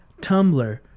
Tumblr